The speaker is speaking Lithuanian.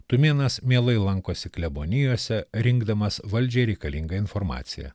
tumėnas mielai lankosi klebonijose rinkdamas valdžiai reikalingą informaciją